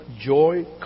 joy